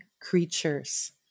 creatures